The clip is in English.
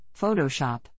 Photoshop